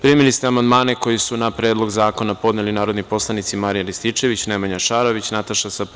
Primili ste amandmane koje su na Predlog zakona podneli narodni poslanici Marijan Rističević, Nemanja Šarović, Nataša Sp.